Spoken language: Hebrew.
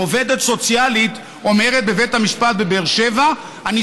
עובדת סוציאלית אומרת בבית המשפט בבאר שבע: אני